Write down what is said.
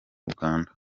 uganda